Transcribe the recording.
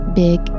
big